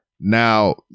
now